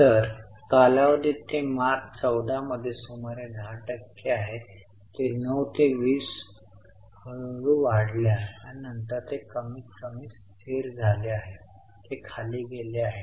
तर कालावधीत ते मार्च 14 मध्ये सुमारे 10 टक्के आहे ते 9 ते 20 हळूहळू वाढले आहे आणि नंतर ते कमीतकमी स्थिर झाले आहे ते खाली गेले आहे